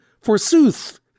Forsooth